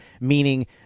meaning